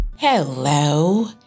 Hello